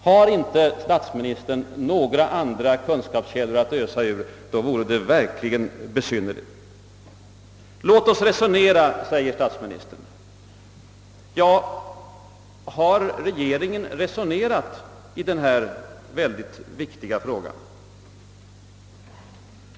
Har statsministern inte några andra kunskapskällor, vore det verkligen beklagligt. Låt oss resonera, säger statsministern. Ja, men har regeringen resonerat i denna viktiga fråga?